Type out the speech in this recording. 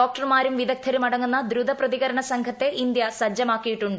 ഡോക്ടർമുള്ളും വിദഗ്ദ്ധരും അടങ്ങുന്ന ദ്രുത പ്രതികരണ സംഘത്തെ ഇന്ത്യ സജ്ജ്മാക്കിയിട്ടുണ്ട്